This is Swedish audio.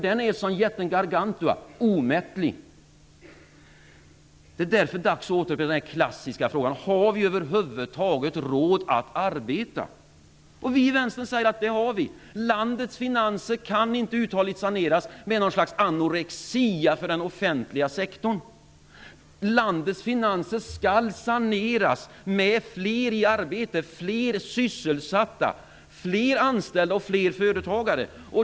Den är som jätten Gargantua, omättlig. Det är därför dags att återvända till den klassiska frågan: Har vi över huvud taget råd att arbeta? Vi i Vänstern säger att vi har det. Landets finanser kan inte uthålligt saneras med någon slags anorexi för den offentliga sektorn. Landets finanser skall saneras med fler i arbete, fler sysselsatta, fler anställda och fler företagare.